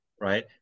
Right